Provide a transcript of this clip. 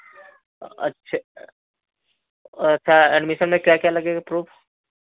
अच्छा अच्छा एडमिशन में क्या क्या लगेगा प्रूफ